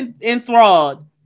enthralled